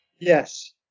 yes